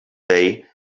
day